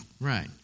Right